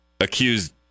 accused